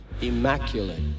immaculate